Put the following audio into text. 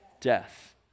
death